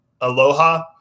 aloha